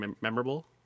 memorable